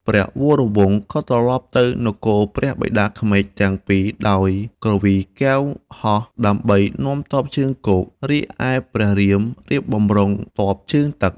ព្រះវរវង្សក៏ត្រឡប់ទៅនគរព្រះបិតាក្មេកទាំងពីរដោយគ្រវីកែវហោះដើម្បីនាំទ័ពជើងគោក រីឯព្រះរៀមរៀបបម្រុងទ័ពជើងទឹក។